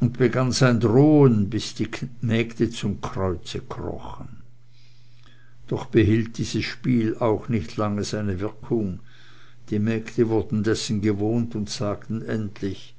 und begann sein drohen bis die mägde zum kreuze krochen doch behielt dieses spiel auch nicht lange seine wirkung die mägde wurden dessen gewohnt und sagten endlich